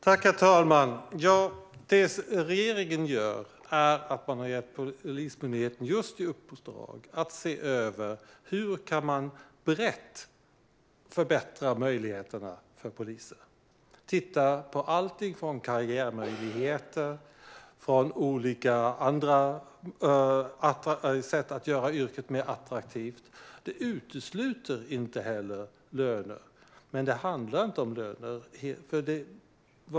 Herr talman! Regeringen har gett Polismyndigheten i uppdrag att brett se över hur man kan förbättra möjligheterna för polisen. Man ska titta på alltifrån karriärmöjligheter till olika andra sätt att göra yrket mer attraktivt. Detta utesluter inte löner, men det handlar inte bara om löner.